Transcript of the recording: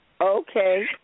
okay